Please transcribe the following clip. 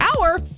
hour